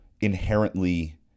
inherently